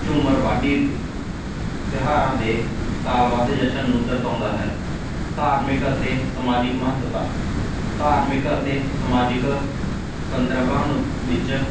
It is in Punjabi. ਝੂਮਰ ਵਾਢੀ ਅਤੇ ਤਿਉਹਾਰਾਂ ਦੇ ਤਾਲ ਵੱਧ ਜਸ਼ਨ ਨੂੰ ਦਰਸਾਉਂਦਾ ਹੈ ਧਾਰਮਿਕ ਅਤੇ ਸਮਾਜਿਕ ਮਹੱਤਤਾ ਧਾਰਮਿਕ ਅਤੇ ਸਮਾਜਿਕ ਸੰਦਰਭਾਂ ਨੂੰ ਵਿੱਚ